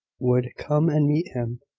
would come and meet him,